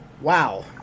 Wow